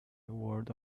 word